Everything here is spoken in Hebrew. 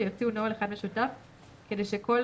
ויעביר את פרטיו לממונה לחירום של גורם אחראי,